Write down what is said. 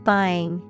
Buying